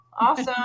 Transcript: awesome